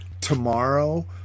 tomorrow